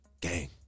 Gang